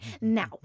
Now